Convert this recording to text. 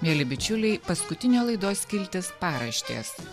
mieli bičiuliai paskutinė laidos skiltis paraštės